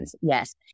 Yes